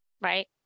Right